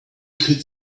could